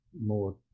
more